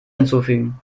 hinzufügen